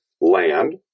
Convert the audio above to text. land